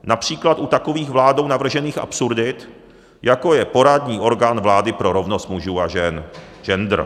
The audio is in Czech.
Například u takových vládou navržených absurdit, jako je poradní orgán vlády pro rovnost mužů a žen, gender.